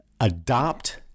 adopt